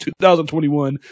2021